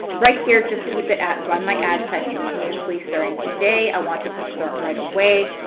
right here, just keep it at, run my ad set continuously starting today. i want this to start right away.